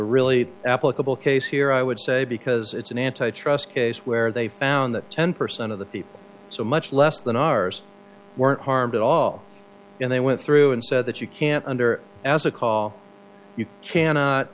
really applicable case here i would say because it's an antitrust case where they found that ten percent of the people so much less than ours weren't harmed at all and they went through and said that you can't under as a call you cannot